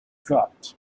dropped